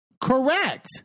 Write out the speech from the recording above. correct